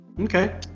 okay